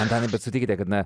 antanai bet sutikite kad na